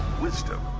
wisdom